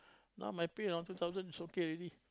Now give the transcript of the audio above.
now my pay around two thousand is okay already